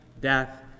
death